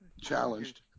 challenged